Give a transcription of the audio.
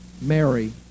mary